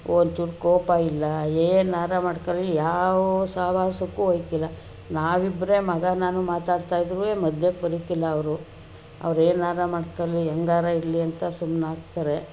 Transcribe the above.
ಒಂಚೂರು ಕೋಪ ಇಲ್ಲ ಏನಾರ ಮಾಡ್ಕಳ್ಳಿ ಯಾವ ಸಹವಾಸಕ್ಕು ಒಯ್ಕಿಲ್ಲ ನಾವಿಬ್ಬರೇ ಮಗ ನಾನು ಮಾತಾಡ್ತಾ ಇದ್ರೂ ಮಧ್ಯಕ್ಕೆ ಬರೋಕಿಲ್ಲ ಅವರು ಅವ್ರೇನಾರ ಮಾಡ್ಕಳ್ಳಿ ಹೆಂಗಾರ ಇರಲಿ ಅಂತ ಸುಮ್ನಾಗ್ತಾರೆ